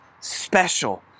special